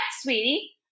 sweetie